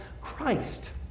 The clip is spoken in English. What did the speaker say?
christ